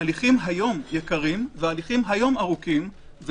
ההליכים היום יקרים והיום הם ארוכים.